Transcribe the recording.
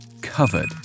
covered